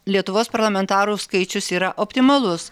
lietuvos parlamentarų skaičius yra optimalus